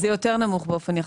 זה יותר נמוך באופן יחסי.